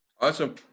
Awesome